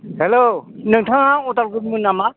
hello नोंथाङा उदालगुरिनिमोन नामा